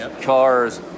cars